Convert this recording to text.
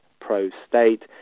pro-state